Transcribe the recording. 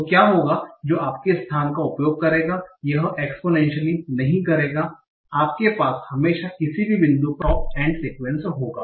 तो क्या होगा जो आपके स्थान का उपयोग करेगा वह एक्स्पोनेंशली नहीं करेगा आपके पास हमेशा किसी भी बिंदु पर टॉप एंड सीक्वेंस होगा